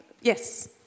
Yes